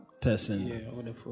person